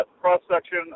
cross-section